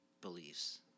beliefs